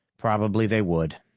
probably they would.